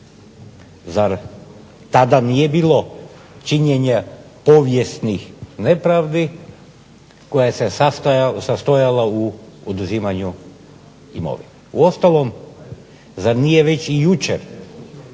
Zar tada nije bilo činjenja povijesnih nepravdi koja se sastojala u oduzimanju imovine? Uostalom zar nije već jučer